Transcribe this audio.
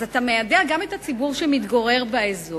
אז אתה מיידע גם את הציבור שמתגורר באזור.